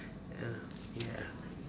ah ya